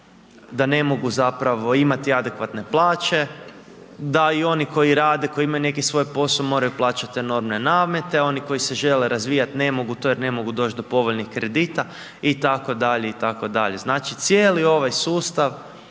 da ne mogu zapravo imati adekvatne plaće, da i oni koji rade, koji imaju neki svoj posao, moraju plaćati enormne namete, oni koji se žele razvijat, ne mogu to jer ne mogu doć do povoljnih kredita itd., itd. Znači, cijeli ovaj sustav